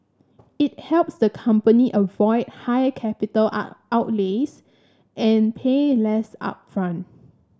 it helps the company avoid high capital outlays and pay less upfront